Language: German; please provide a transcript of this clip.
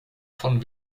von